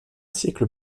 siècle